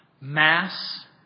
Mass